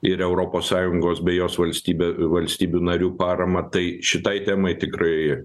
ir europos sąjungos bei jos valstybė valstybių narių paramą tai šitai temai tikrai